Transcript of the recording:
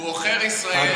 הוא עוכר ישראל.